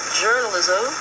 journalism